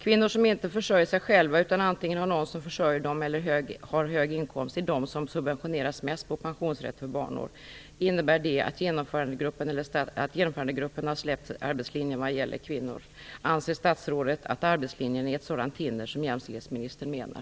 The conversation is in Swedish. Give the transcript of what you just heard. Kvinnor som inte försörjer sig själva utan antingen har någon som försörjer dem eller har hög inkomst är de som subventioneras mest i och med pensionsrätt för barnår. Innebär det att Genomförandegruppen har släppt arbetslinjen vad gäller kvinnor? Anser statsrådet att arbetslinjen är ett sådant hinder som jämställdhetsministern menar?